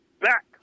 back